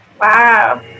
Wow